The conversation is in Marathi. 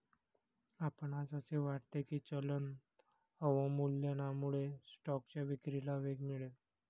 आपणास असे वाटते की चलन अवमूल्यनामुळे स्टॉकच्या विक्रीला वेग मिळेल?